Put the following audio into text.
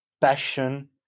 passion